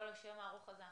כל השם הארוך הזה,